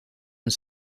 een